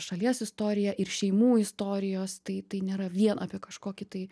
šalies istorija ir šeimų istorijos tai tai nėra vien apie kažkokį tai